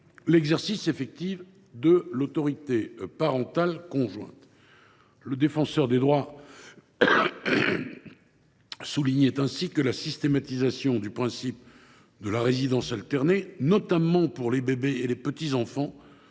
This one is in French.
l’exercice effectif de l’autorité parentale conjointe ». Il soulignait ainsi que la systématisation du principe de la résidence alternée, notamment pour les bébés et les petits enfants,